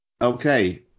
Okay